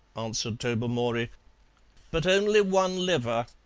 answered tobermory but only one liver.